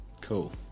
Cool